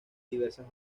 diversas